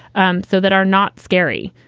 um so that are not scary.